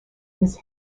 his